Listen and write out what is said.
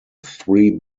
three